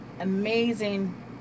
amazing